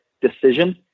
decision